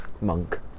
monk